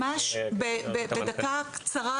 ממש בדקה קצרה,